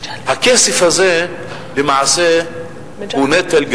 הכסף הזה הוא למעשה נטל,